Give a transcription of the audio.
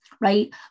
right